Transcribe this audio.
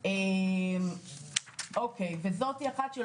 הוא אמור להיות זהה.